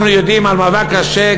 אנחנו יודעים על מאבק קשה,